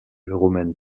romaine